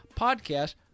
podcast